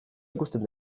ikusten